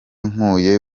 nkuye